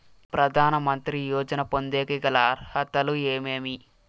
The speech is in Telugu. ప్రధాన మంత్రి యోజన పొందేకి గల అర్హతలు ఏమేమి?